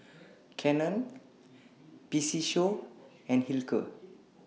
Canon PC Show and Hilker